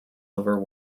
over